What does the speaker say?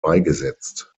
beigesetzt